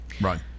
Right